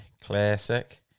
classic